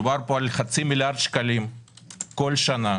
מדובר על חצי מיליארד שקלים כל שנה